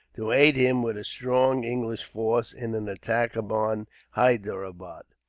to aid him with a strong english force, in an attack upon hyderabad.